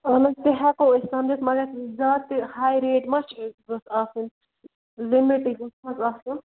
اہن حظ تہِ ہیٚکو أسۍ سَمجھِتھ مگر زیادٕ تہِ ہاے ریٹ ما چھِ گٔژھ آسٕنۍ لِمِٹٕے گٔژھ حظ آسٕنۍ